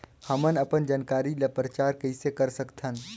हमन अपन जानकारी ल प्रचार कइसे कर सकथन?